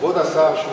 כבוד השר,